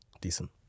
decent